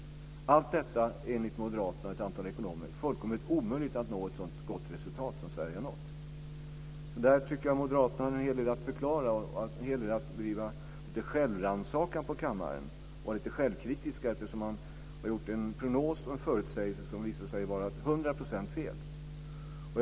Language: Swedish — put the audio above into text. Enligt moderater och ett antal ekonomer är det fullkomligt omöjligt att nå ett så gott resultat som Sverige har nått. Jag tycker att Moderaterna har en hel del att förklara där, och de bör bedriva självrannsakan på sin kammare och vara lite självkritiska, eftersom de har gjort en prognos, en förutsägelse, som visat sig vara till hundra procent felaktig.